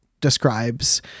describes